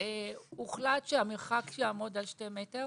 הוחלט שהמרחק יעמוד על שתי מטרים